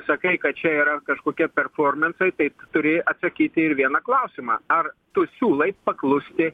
sakai kad čia yra kažkokie performansai tai turi atsakyti ir vieną klausimą ar tu siūlai paklusti